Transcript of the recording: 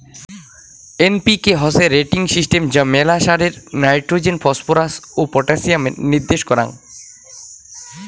NPK হসে rating system যা মেলা সারে নাইট্রোজেন, ফসফরাস ও পটাসিয়ামের নির্দেশ কারাঙ